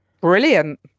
Brilliant